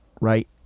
right